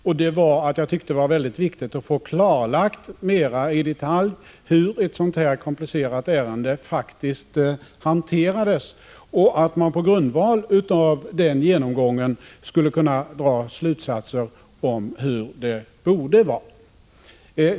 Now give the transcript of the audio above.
Jag tyckte att det var mycket viktigt att mera i detalj få klarlagt hur ett sådant här komplicerat ärende faktiskt hanterades och hoppades att man på grundval av denna genomgång skulle kunna dra slutsatser om hur det borde vara.